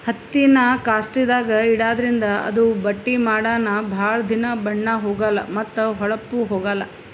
ಹತ್ತಿನಾ ಕಾಸ್ಟಿಕ್ದಾಗ್ ಇಡಾದ್ರಿಂದ ಅದು ಬಟ್ಟಿ ಮಾಡನ ಭಾಳ್ ದಿನಾ ಬಣ್ಣಾ ಹೋಗಲಾ ಮತ್ತ್ ಹೋಳಪ್ನು ಹೋಗಲ್